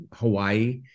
hawaii